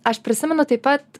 aš prisimenu taip pat